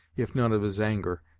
if none of his anger,